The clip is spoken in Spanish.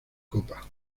copa